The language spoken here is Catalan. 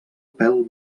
pèl